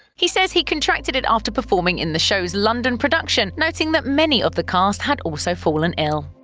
he says he contracted it after performing in the show's london production, noting that many of the cast had also fallen ill.